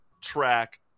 track